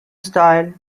style